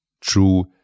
true